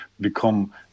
become